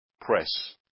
press